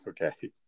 Okay